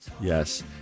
Yes